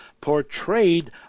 portrayed